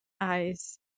eyes